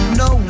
no